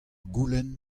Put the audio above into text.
goulenn